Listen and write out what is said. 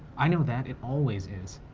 i know that it always is.